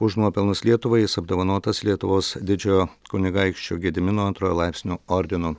už nuopelnus lietuvai jis apdovanotas lietuvos didžiojo kunigaikščio gedimino antrojo laipsnio ordinu